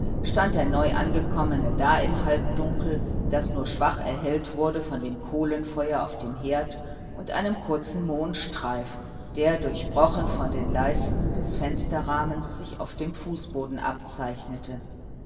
stand der neuangekommene da im halbdunkel das nur schwach erhellt wurde von dem kohlenfeuer auf dem herd und einem kurzen mondstreif der durchbrochen von den leisten des fensterrahmens sich auf dem fußboden abzeichnete